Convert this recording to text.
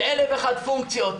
ואלף ואחת פונקציות.